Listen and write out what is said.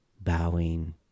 bowing